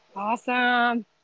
awesome